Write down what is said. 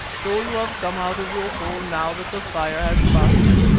so you have come out of your hole now that the fire has passed it,